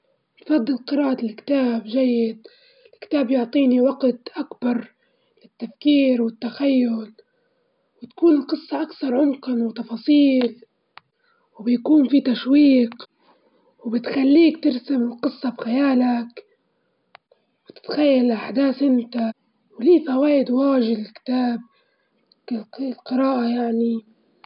انفضل المكالمة الهاتفية، لإنها هتوصل الأحاسيس والنبرة بشكل أوضح، وحتى لو في وجهة نظر بتوصل بشكل أوضح وأسرع، لكن الرسايل أحيانًا ما تعكس ال- المشاعر بشكل دقيق، وأحيانا بتتفهم غلط.